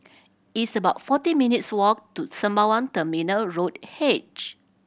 it's about forty minutes' walk to Sembawang Terminal Road H